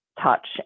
touch